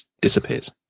disappears